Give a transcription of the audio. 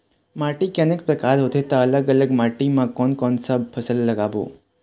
माटी के अनेक प्रकार होथे ता अलग अलग माटी मा कोन कौन सा फसल लगाबो?